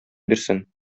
бирсен